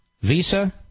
visa